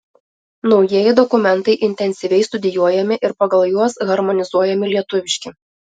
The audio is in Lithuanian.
naujieji dokumentai intensyviai studijuojami ir pagal juos harmonizuojami lietuviški